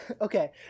okay